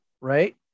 right